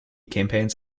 campaigns